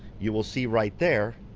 you will see right there